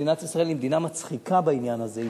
מדינת ישראל היא מדינה מצחיקה בעניין הזה.